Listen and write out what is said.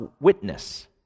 witness